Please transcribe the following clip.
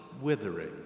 withering